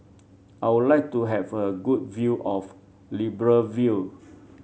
I would like to have a good view of Libreville